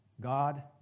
God